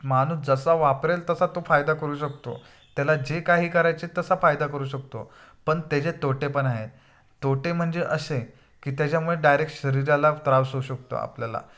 माणूस जसा वापरेल तसा तो फायदा करू शकतो त्याला जे काही करायचे तसा फायदा करू शकतो पण त्याचे तोटे पण आहे तोटे म्हणजे अशे की त्याच्यामुळे डायरेक्ट शरीराला त्रास होऊ शकतो आपल्याला